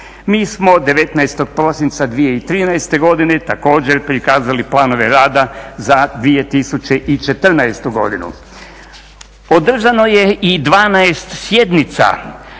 Mi smo 19. prosinca 2013. godine također prikazali planove rada za 2014. godinu. Održano je i 12 sjednica